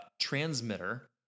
transmitter